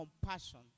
compassion